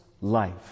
life